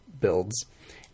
builds